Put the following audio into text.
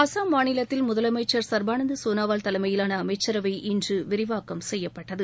அசாம் மாநிலத்தில் முதலமைச்சள் சள்பானந்த் சோனாவால் தலைமையிலான அமைச்சரவை இன்று விரிவாக்கம் செய்யப்பட்டது